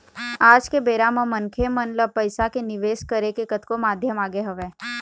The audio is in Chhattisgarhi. आज के बेरा म मनखे मन ल पइसा के निवेश करे के कतको माध्यम आगे हवय